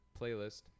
playlist